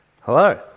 Hello